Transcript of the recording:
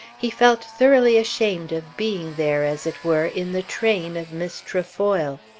he felt thoroughly ashamed of being there as it were in the train of miss trefoil.